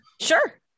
Sure